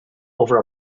over